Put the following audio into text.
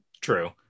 true